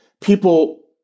people